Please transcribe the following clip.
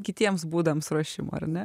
kitiems būdams ruošimo ar ne